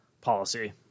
policy